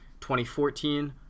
2014